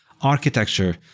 Architecture